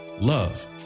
Love